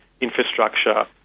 infrastructure